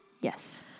Yes